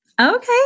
Okay